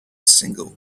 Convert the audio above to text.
single